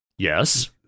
Yes